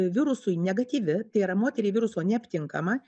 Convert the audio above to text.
virusui negatyvi tai yra moteriai viruso neaptinkama